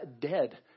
dead